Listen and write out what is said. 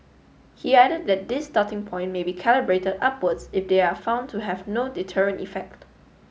he added that this starting point may be calibrated upwards if they are found to have no deterrent effect